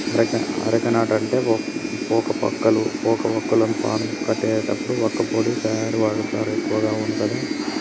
areca nut అంటే పోక వక్కలు, పోక వాక్కులను పాను కట్టేటప్పుడు వక్కపొడి తయారీల వాడుతారు ఎక్కువగా అవును కదా